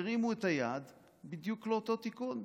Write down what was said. הרימו את היד בדיוק לאותו תיקון,